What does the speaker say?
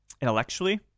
intellectually